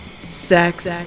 sex